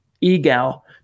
Egal